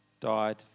died